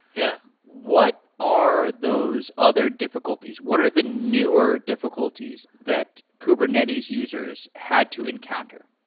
yeah what are those other difficulties? what are the newer difficulties that kubernetes users had to encounter?